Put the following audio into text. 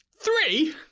Three